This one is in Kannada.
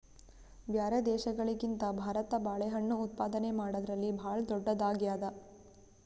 ಬ್ಯಾರೆ ದೇಶಗಳಿಗಿಂತ ಭಾರತ ಬಾಳೆಹಣ್ಣು ಉತ್ಪಾದನೆ ಮಾಡದ್ರಲ್ಲಿ ಭಾಳ್ ಧೊಡ್ಡದಾಗ್ಯಾದ